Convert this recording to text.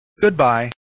Goodbye